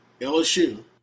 LSU